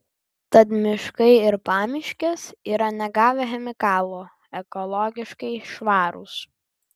tad miškai ir pamiškės yra negavę chemikalų ekologiškai švarūs